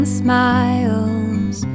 smiles